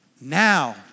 Now